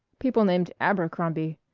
people named abercrombie.